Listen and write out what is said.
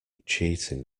cheating